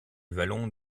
vallon